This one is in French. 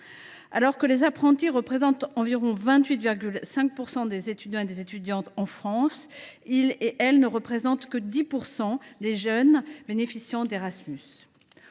Alors que les apprentis regroupent environ 28,5 % des étudiants et des étudiantes de France, ils et elles ne représentent que 10 % des jeunes bénéficiant d’Erasmus.